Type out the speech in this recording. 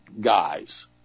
guys